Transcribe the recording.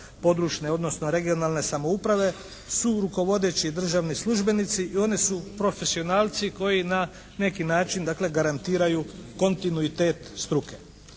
odnosno regionalne samouprave su rukovodeći državni službenici i oni su profesionalci koji na neki način dakle garantiraju kontinuitet struke.